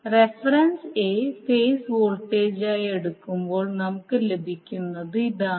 reference a phase വോൾട്ടേജായി എടുക്കുമ്പോൾ നമുക്ക് ലഭിക്കുന്നത് ഇതാണ്